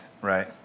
Right